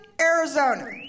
Arizona